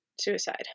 suicide